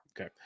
Okay